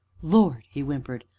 lord! he whimpered,